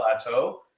plateau